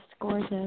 gorgeous